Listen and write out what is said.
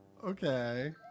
Okay